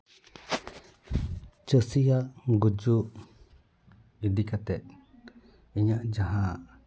ᱪᱟᱹᱥᱤᱭᱟᱜ ᱜᱩᱡᱩᱜ ᱤᱫᱤ ᱠᱟᱛᱮᱫ ᱤᱧᱟᱹᱜ ᱡᱟᱦᱟᱸ